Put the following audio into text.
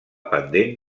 pendent